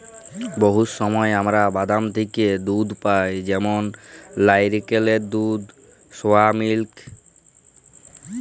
বহুত সময় আমরা বাদাম থ্যাকে দুহুদ পাই যেমল লাইরকেলের দুহুদ, সয়ামিলিক